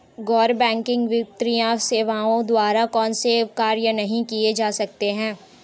गैर बैंकिंग वित्तीय सेवाओं द्वारा कौनसे कार्य नहीं किए जा सकते हैं?